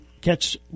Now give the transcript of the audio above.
catch